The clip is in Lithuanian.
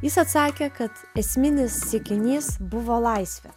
jis atsakė kad esminis siekinys buvo laisvė